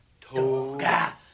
Toga